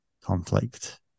conflict